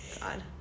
God